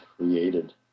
created